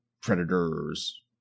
predators